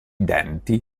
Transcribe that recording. denti